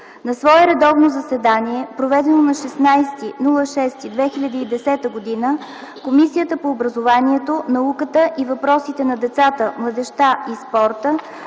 На свое редовно заседание, проведено на 16 юни 2010 г., Комисията по образованието, науката и въпросите на децата, младежта и спорта